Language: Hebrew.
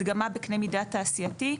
הדגמה בקנה מידה תעשייתי,